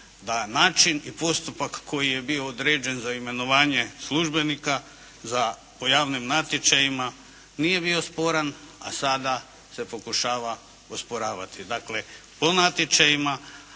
da način i postupak koji je bio određen za imenovanje službenika po javnim natječajima nije bio sporan, a sada se pokušava osporavati. Dakle, po natječajima,